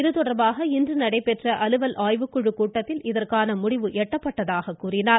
இதுதொடர்பாக இன்று நடைபெற்ற அலுவல் ஆய்வு குழு கூட்டத்தில் இதற்கான முடிவு எட்டப்பட்டதாக கூறினார்